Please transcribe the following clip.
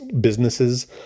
businesses